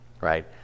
right